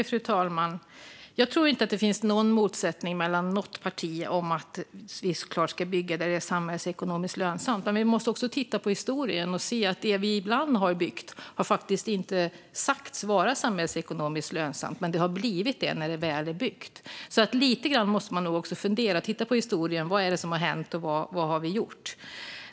Fru talman! Jag tror inte att det finns någon motsättning mellan några partier om att bygga där det är samhällsekonomiskt lönsamt. Men vi måste också titta på historien och se att det vi har byggt ibland har sagts inte vara samhällsekonomiskt men faktiskt har blivit det när det väl är byggt. Lite grann måste man nog alltså fundera. Man behöver titta på historien och se vad som har hänt och vad vi har gjort.